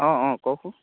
অঁ অঁ কওকচোন